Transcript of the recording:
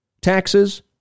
taxes